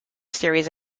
series